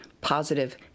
positive